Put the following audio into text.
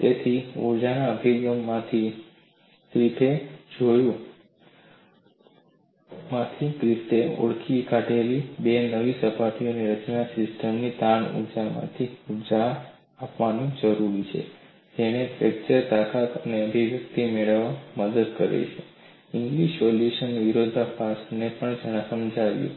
તેથી ઊર્જા અભિગમમાંથી ગ્રિફિથે ઓળખી કાઠેલી બે નવી સપાટીઓની રચનાને સિસ્ટમની તાણ ઊર્જામાંથી ઊર્જા આપવાની જરૂર છે જેણે તેને ફ્રેક્ચર તાકાત માટે અભિવ્યક્તિ મેળવવામાં મદદ કરી જેણે ઇંગ્લિસ સોલ્યુશનના વિરોધાભાસને પણ સમજાવ્યું